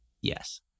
Yes